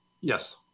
Yes